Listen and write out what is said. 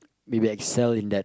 we will excel in that